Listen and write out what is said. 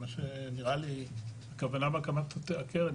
נראה לי שהכוונה בהקמת הקרן,